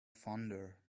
fonder